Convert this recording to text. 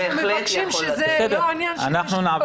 זה לא עניין של נשקול.